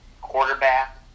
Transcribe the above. quarterback